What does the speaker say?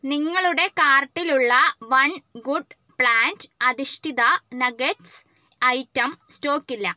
നിങ്ങളുടെ കാർട്ടിലുള്ള one good plant അധിഷ്ഠിത നഗ്ഗെറ്റ്സ് ഐറ്റം സ്റ്റോക്ക് ഇല്ല